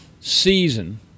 season